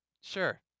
sure